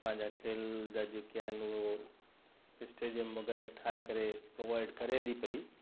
पंहिंजा खेल जा जेके आहिनि उहो स्टेडियम वग़ैरह ठाहे करे प्रोवाइड करे थी पई